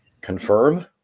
Confirm